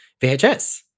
VHS